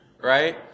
right